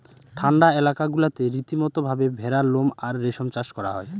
ঠান্ডা এলাকা গুলাতে রীতিমতো ভাবে ভেড়ার লোম আর রেশম চাষ করা হয়